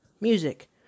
music